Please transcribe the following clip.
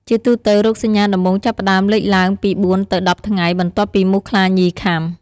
ជាទូទៅ រោគសញ្ញាដំបូងចាប់ផ្តើមលេចឡើងពី ៤ ទៅ ១០ ថ្ងៃ បន្ទាប់ពីមូសខ្លាញីខាំ។